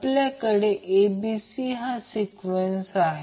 आपल्याकडे acb हा सिक्वेन्सआहे